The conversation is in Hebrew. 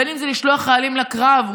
בין שזה לשלוח חיילים לקרב.